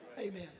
Amen